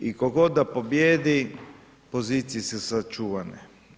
I tko god da pobijedi pozicije su sačuvane.